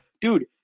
dude